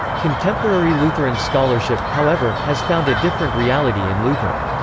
contemporary lutheran scholarship, however, has found a different reality in luther.